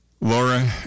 Laura